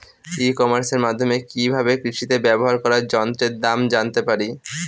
ই কমার্সের মাধ্যমে কি ভাবে কৃষিতে ব্যবহার করা যন্ত্রের দাম জানতে পারি?